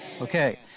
Okay